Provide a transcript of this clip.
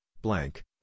blank